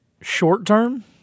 Short-term